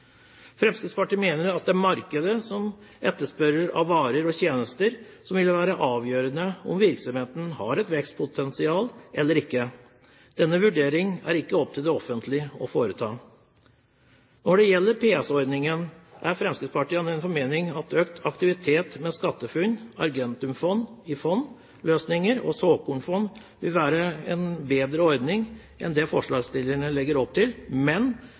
Fremskrittspartiet mener det er markedets etterspørsel av varer og tjenester som vil være avgjørende for om virksomheten har et vekstpotensial eller ikke. Denne vurderingen er det ikke opp til det offentlige å foreta. Når det gjelder PS-ordningen, er Fremskrittspartiet av den formening at økt aktivitet med SkatteFUNN, Argentum fond-i-fond-løsninger og såkornfond vil være en bedre ordning enn det forslagsstillerne legger opp til, men